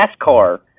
NASCAR